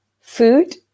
food